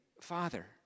Father